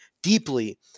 deeply